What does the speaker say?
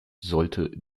sollte